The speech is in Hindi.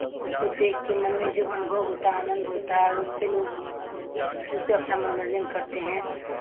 उसको देख के मन में जो अनुभव होता है आनंद होता है उससे लोग उससे अपना मनोरंजन करते हैं